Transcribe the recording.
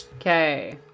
Okay